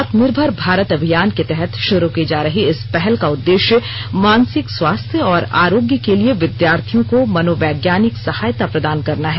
आत्मनिर्भर भारत अभियान के तहत शुरू की जा रही इस पहल का उद्देश्य मानसिक स्वास्थ्य और आरोग्य के लिए विद्यार्थियों को मनोवैज्ञानिक सहायता प्रदान करना है